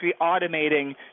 automating